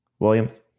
Williams